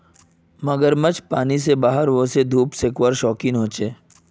मगरमच्छ पानी से बाहर वोसे धुप सेकवार शौक़ीन होचे